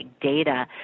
data